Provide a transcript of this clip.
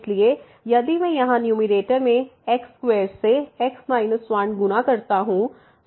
इसलिए यदि मैं यहाँ न्यूमैरेटर में x2 से x 1 गुणा करता हूँ